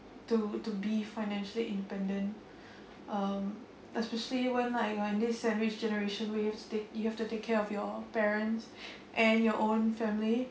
to to be financially independent um especially when like when this sandwich generation waves take you have to take care of your parents and your own family